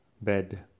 bed